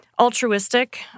altruistic